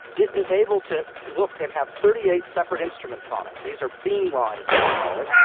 it is able to look and have thirty eight separate instruments on it. these are beamlines, as we call it,